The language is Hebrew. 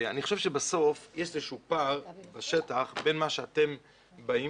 אני חושב שבסוף יש איזה שהוא פער בשטח בין מה שאתם באים